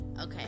Okay